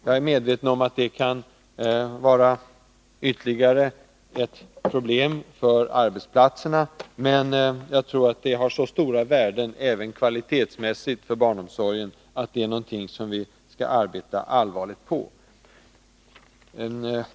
Jag är medveten om att det kan innebära problem för arbetsplatserna, men jag tror att det har så stort värde även kvalitetsmässigt för barnomsorgen att vi allvarligt skall sträva efter det.